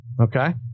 Okay